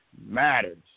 matters